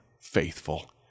faithful